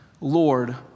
Lord